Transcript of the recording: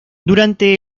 durante